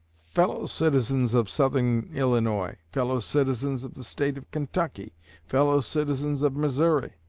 fellow-citizens of southern illinois fellow-citizens of the state of kentucky fellow-citizens of missouri,